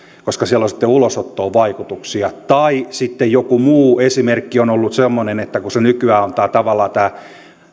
koska siellä on sitten ulosottoon vaikutuksia tai sitten joku muu esimerkki on ollut semmoinen että kun nykyään tavallaan tämä